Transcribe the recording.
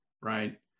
right